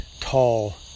tall